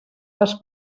les